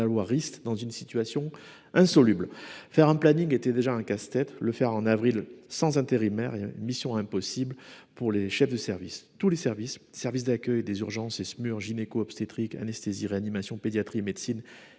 loi Rist dans une situation insoluble. Faire un planning était déjà un casse-tête le faire en avril sans intérimaire et une mission impossible pour les chefs de service, tous les services, service d'accueil des urgences et SMUR gynéco obstétrique anesthésie-réanimation pédiatrie médecine